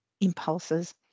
impulses